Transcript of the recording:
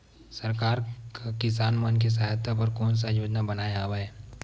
सरकार हा किसान मन के सहायता बर कोन सा योजना बनाए हवाये?